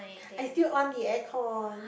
I still on the aircon